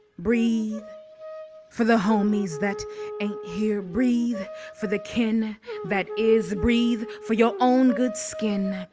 breathe for the homies that ain't here. breathe for the kin that is. breathe for your own good skin,